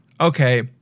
okay